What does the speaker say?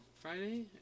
Friday